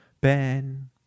Ben